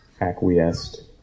acquiesced